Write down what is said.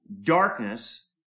Darkness